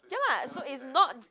ya lah so it's not